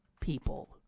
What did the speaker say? people